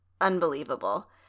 unbelievable